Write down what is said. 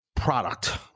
product